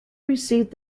received